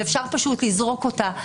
ואפשר פשוט לזרוק אותה.